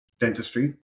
dentistry